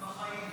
בחיים.